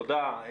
תודה.